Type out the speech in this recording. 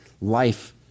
Life